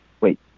wait